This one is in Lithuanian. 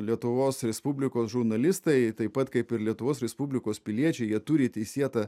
lietuvos respublikos žurnalistai taip pat kaip ir lietuvos respublikos piliečiai jie turi teisėtą